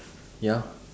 ya